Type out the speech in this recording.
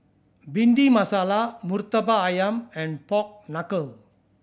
Bhindi Masala Murtabak Ayam and pork knuckle